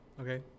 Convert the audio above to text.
Okay